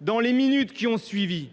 dans les minutes qui ont suivi,